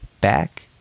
back